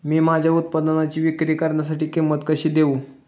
मी माझ्या उत्पादनाची विक्री करण्यासाठी किंमत कशी देऊ?